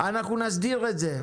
אנחנו נסדיר את זה.